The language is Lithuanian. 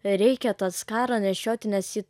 reikia tą skarą nešioti nes ji